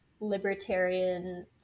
libertarian